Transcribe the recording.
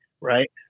right